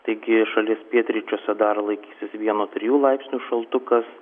taigi šalies pietryčiuose dar laikysis vienas trys laipsnių šaltukas